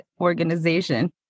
organization